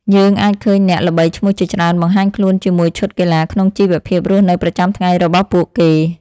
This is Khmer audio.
យើងអាចឃើញអ្នកល្បីឈ្មោះជាច្រើនបង្ហាញខ្លួនជាមួយឈុតកីឡាក្នុងជីវភាពរស់នៅប្រចាំថ្ងៃរបស់ពួកគេ។